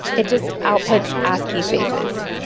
it just outputs ascii faces.